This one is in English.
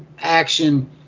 action